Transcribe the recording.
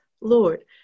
lord